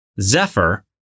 Zephyr